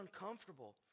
uncomfortable